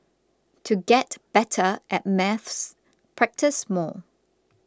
to get better at maths practise more